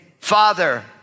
Father